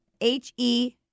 H-E